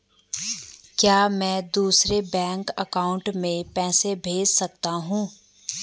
क्या मैं दूसरे बैंक अकाउंट में पैसे भेज सकता हूँ?